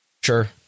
Sure